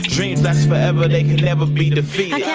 dreams last forever they can never be defeated yeah